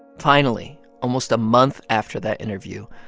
finally, almost a month after that interview,